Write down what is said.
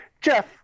Jeff